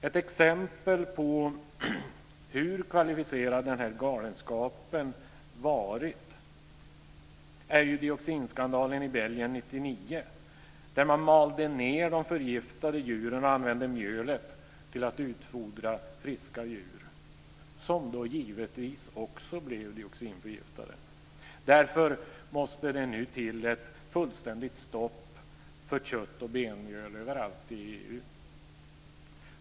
Ett exempel på hur kvalificerad galenskapen varit är dioxinskandalen i Belgien år 1999 där man malde ner de förgiftade djuren och använde mjölet till att utfodra friska djur, som då givetvis också blev dioxinförgiftade. Därför måste det nu till ett fullständigt stopp för kött och benmjöl överallt i EU.